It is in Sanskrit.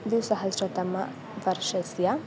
द्विसहस्रतमवर्षस्य